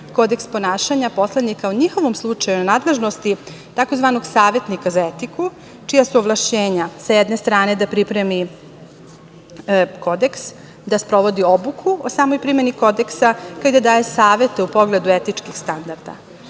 Kodeks ponašanja poslanika u njihovom slučaju u nadležnosti je takozvanog savetnika za etiku, čija su ovlašćenja, sa jedne strane, da pripremi kodeks, da sprovodi obuku o samoj primeni kodeksa, kao i da daje savete u pogledu etičkih standarda.